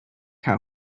how